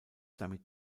damit